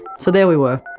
so there we were,